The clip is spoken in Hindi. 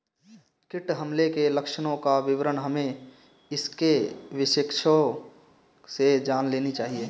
कीट हमले के लक्षणों का विवरण हमें इसके विशेषज्ञों से जान लेनी चाहिए